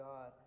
God